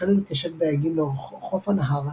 החלו להתיישב דייגים לאורך חוף הנהר,